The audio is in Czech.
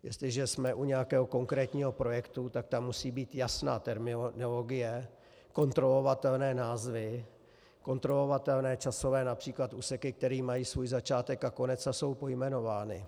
Jestliže jsme u nějakého konkrétního projektu, tak tam musí být jasná terminologie, kontrolovatelné názvy, kontrolovatelné časové například úseky, které mají svůj začátek a konec a jsou pojmenovány.